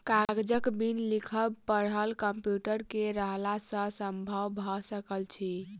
कागजक बिन लिखब पढ़ब कम्प्यूटर के रहला सॅ संभव भ सकल अछि